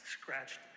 scratched